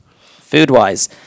Food-wise